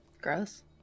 Gross